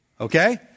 Okay